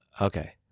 Okay